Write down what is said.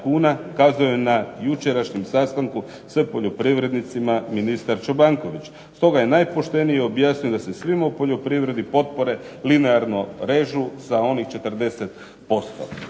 kazao je na jučerašnjem sastanku s poljoprivrednicima ministar Čobanković. Stoga je najpoštenije objasnio da se svima u poljoprivredi potpore linearno režu sa onih 40%.